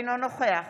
אינו נוכח